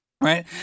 Right